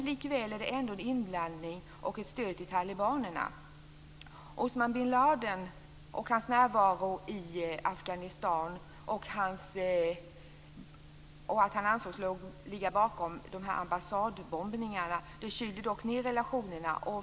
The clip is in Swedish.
Likväl är det en inblandning och ett stöd till talibanerna. Osmar Bin Laden och hans närvaro i Afghanistan samt att han ansågs ligga bakom ambassadbombningarna kyler dock ned relationerna.